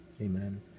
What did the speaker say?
amen